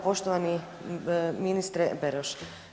Poštovani ministre Beroš.